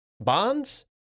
Bonds